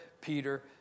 Peter